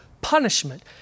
punishment